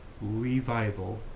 revival